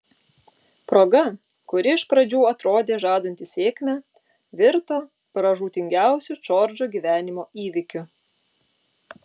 proga kuri iš pradžių atrodė žadanti sėkmę virto pražūtingiausiu džordžo gyvenimo įvykiu